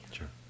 Sure